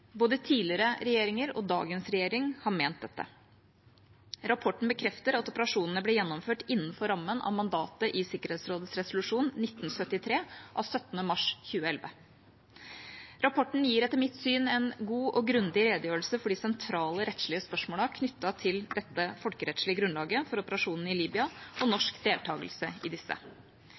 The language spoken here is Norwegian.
både tidligere regjeringer og dagens regjering har ment dette. Rapporten bekrefter at operasjonene ble gjennomført innenfor rammen av mandatet i Sikkerhetsrådets resolusjon 1973 av 17. mars 2011. Rapporten gir etter mitt syn en god og grundig redegjørelse for de sentrale rettslige spørsmålene knyttet til det folkerettslige grunnlaget for operasjonene i Libya og norsk deltakelse i disse.